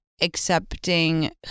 accepting